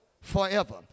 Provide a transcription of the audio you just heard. Forever